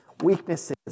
Weaknesses